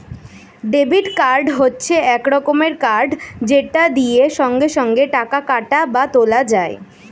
debit card হচ্ছে এক রকমের কার্ড যেটা দিয়ে সঙ্গে সঙ্গে টাকা কাটা বা তোলা যায়